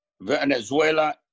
Venezuela